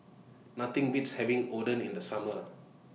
Nothing Beats having Oden in The Summer